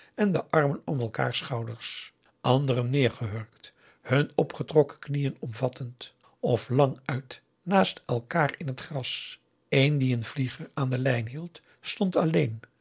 en de armen om elkaars schouders augusta de wit orpheus in de dessa anderen neergehurkt hun opgetrokken knieën omvattend of languit naast elkaar in het gras een die een vlieger aan de lijn hield stond alleen